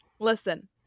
Listen